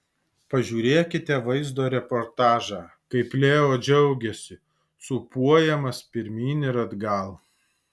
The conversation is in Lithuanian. pažiūrėkite vaizdo reportažą kaip leo džiaugiasi sūpuojamas pirmyn ir atgal